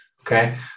okay